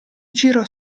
girò